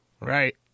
Right